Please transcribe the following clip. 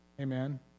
Amen